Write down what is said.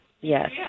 Yes